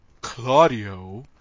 Claudio